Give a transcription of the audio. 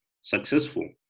successful